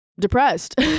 depressed